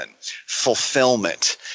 fulfillment –